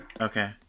Okay